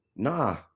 nah